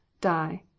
die